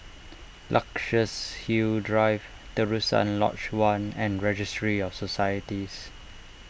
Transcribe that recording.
Luxus Hill Drive Terusan Lodge one and Registry of Societies